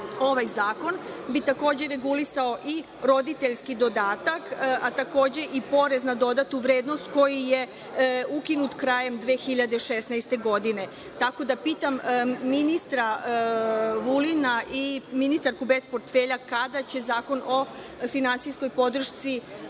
Ovaj zakon bi takođe regulisao i roditeljski dodatak, a takođe i porez na dodatu vrednost koji je ukinut krajem 2016. godine. Pitam ministra Vulina i ministarku bez portfelja, kada će Zakon o finansijskoj podršci